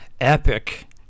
epic